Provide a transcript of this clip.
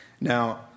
Now